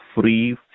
free